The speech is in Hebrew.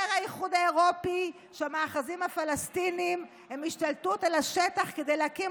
אומר האיחוד האירופי שהמאחזים הפלסטינים הם השתלטות על השטח כדי להקים,